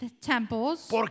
temples